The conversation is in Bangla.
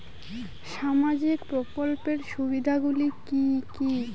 সামাজিক প্রকল্পের সুবিধাগুলি কি কি?